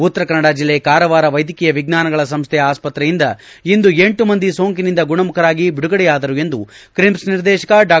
ಉತ್ತರ ಕನ್ನಡ ಬಿಲ್ಲೆ ಕಾರವಾರ ವೈದ್ಯಕೀಯ ವಿಜ್ಞಾನಗಳ ಸಂಸ್ಥೆ ಆಸ್ಷತ್ರೆಯಿಂದ ಇಂದು ಎಂಟು ಮಂದಿ ಸೋಂಕಿನಿಂದ ಗುಣಮುಖರಾಗಿ ಬಿಡುಗಡೆಯಾದರು ಎಂದು ಕ್ರಿಮ್ಲ್ ನಿರ್ದೇಶಕ ಡಾ